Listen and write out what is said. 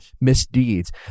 misdeeds